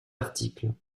article